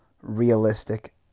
realistic